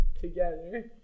together